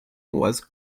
was